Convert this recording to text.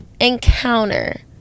encounter